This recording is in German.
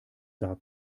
sah